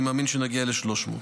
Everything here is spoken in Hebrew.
ואני מאמין שנגיע ל-300.